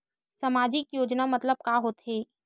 सामजिक योजना मतलब का होथे?